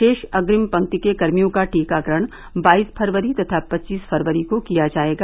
शेष अग्निम पंक्ति के कर्मियों का टीकाकरण बाईस फरवरी तथा पच्चीस फरवरी को किया जायेगा